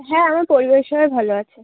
হ্যাঁ আমার পরিবারের সবাই ভালো আছে